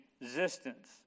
existence